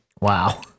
wow